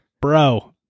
Bro